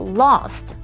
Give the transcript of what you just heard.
lost